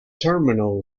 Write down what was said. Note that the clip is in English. terminal